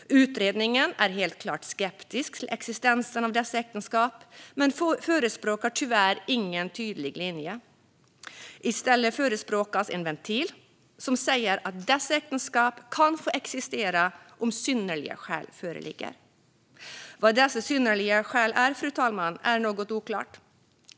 Utredningen är helt klart skeptisk till existensen av dessa äktenskap men förespråkar tyvärr ingen tydlig linje. I stället förespråkas en ventil som säger att dessa äktenskap kan få existera om synnerliga själ föreligger. Vilka dessa synnerliga skäl är, fru talman, är något oklart.